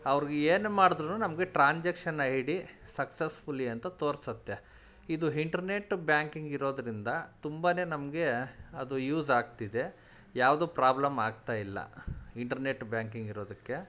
ಅವ್ರಿಗೆ ಏನು ಮಾಡಿದ್ರುನು ನಮಗೆ ಟ್ರಾನ್ಜಾಕ್ಷನ್ ಐ ಡಿ ಸಕ್ಸಸ್ಫುಲಿ ಅಂತ ತೋರಿಸುತ್ತೆ ಇದು ಹಿಂಟರ್ನೆಟ್ ಬ್ಯಾಂಕಿಂಗ್ ಇರೋದರಿಂದ ತುಂಬ ನಮಗೆ ಅದು ಯೂಸ್ ಆಗ್ತಿದೆ ಯಾವುದೂ ಪ್ರಾಬ್ಲಮ್ ಆಗ್ತಾಯಿಲ್ಲ ಇಂಟ್ರ್ನೆಟ್ ಬ್ಯಾಂಕಿಂಗ್ ಇರೋದಕ್ಕೆ